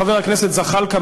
חבר הכנסת זחאלקה,